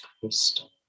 crystal